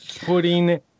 putting